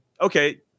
Okay